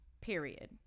period